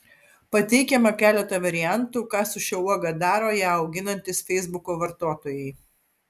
pateikiame keletą variantų ką su šia uoga daro ją auginantys feisbuko vartotojai